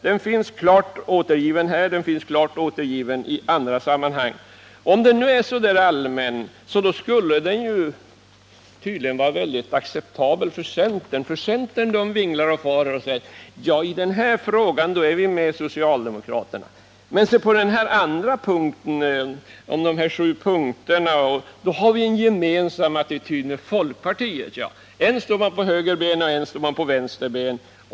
Den finns klart återgiven i motionen och också i andra sammanhang. Om vår politik är så där rysligt allmän, borde den vara acceptabel för centern, som ju alltid vinglar och far: I den här frågan är vi med socialdemokraterna, men se på den andra punkten intar vi gemensam attityd med folkpartiet. Centern står än på höger ben och än på vänster ben.